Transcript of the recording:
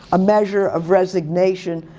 a measure of resignation,